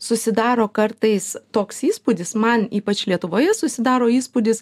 susidaro kartais toks įspūdis man ypač lietuvoje susidaro įspūdis